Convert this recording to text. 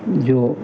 जो